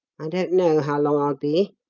i don't know how long i'll be,